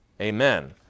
Amen